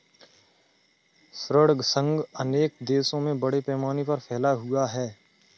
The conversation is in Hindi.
ऋण संघ अनेक देशों में बड़े पैमाने पर फैला हुआ है